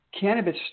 cannabis